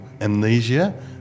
amnesia